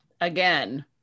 again